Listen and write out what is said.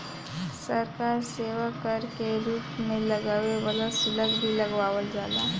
सरकार सेवा कर के रूप में लागे वाला शुल्क भी लगावल जाला